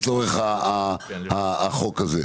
לצורך החוק הזה.